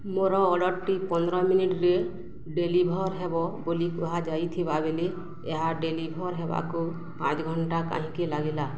ମୋର ଅର୍ଡ଼ର୍ଟି ପନ୍ଦର ମିନିଟ୍ରେ ଡେଲିଭର୍ ହେବ ବୋଲି କୁହାଯାଇଥିବା ବେଳେ ଏହା ଡେଲିଭର୍ ହେବାକୁ ପାଞ୍ଚ ଘଣ୍ଟା କାହିଁକି ଲାଗିଲା